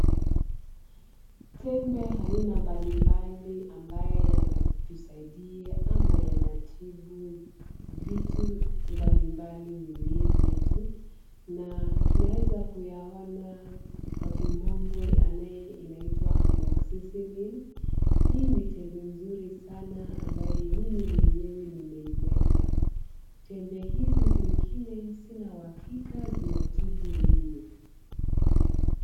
Tembe aina mbalimbali ambayo yanatusaidia ama yanatibu vitu mbalimbali mwilini yetu na tunaeza kuyaona kwa kimombo anaye inaitwa Amoxicilin . Hii ni tembe mzuri sana ambaye mimi mwenyewe nimeimeza. Tembe hizi zingine sina uhakika zinatibu nini.